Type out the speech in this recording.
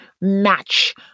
match